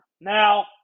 Now